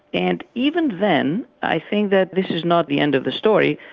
and even then i think that this is not the end of the story.